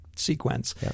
sequence